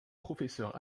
professeure